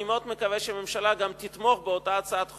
אני מאוד מקווה שהממשלה תתמוך באותה הצעת חוק,